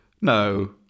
no